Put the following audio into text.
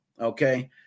okay